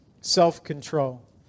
self-control